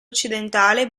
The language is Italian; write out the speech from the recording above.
occidentale